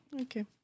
Okay